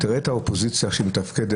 תראה את האופוזיציה איך שהיא מתפקדת,